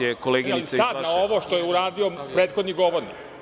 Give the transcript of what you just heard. Sada na ovo što je uradio prethodni govornik.